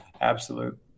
absolute